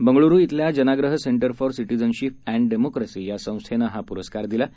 बंगळुरू अल्या Janaagraha centre for citizenship and democracy या संस्थेनं हा पुरस्कार दिला आहे